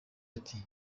ati